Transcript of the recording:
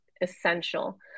essential